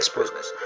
business